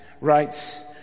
writes